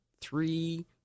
three